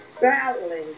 battling